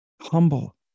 Humble